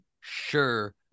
Sure